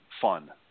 fun